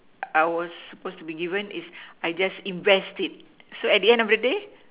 I would supposed to be given is I just invest it so at the end of the day